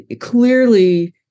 clearly